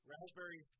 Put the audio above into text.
Raspberry